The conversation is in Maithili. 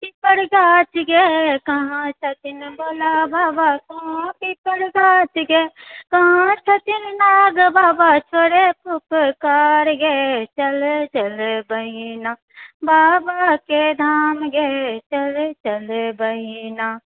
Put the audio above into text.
पिपर गाछ ये कहाँ छथिन भोला बाबा कहाँ पिपर गाछ ये कहाँ छथिन नाग बाबा छोड़ै फुफकार ये चलऽ चलऽ बहिना बाबाके धाम ये चलऽ चलऽ बहिना